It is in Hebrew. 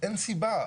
אין סיבה,